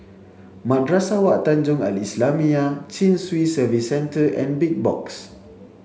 Madrasah Wak Tanjong Al islamiah Chin Swee Service Centre and Big Box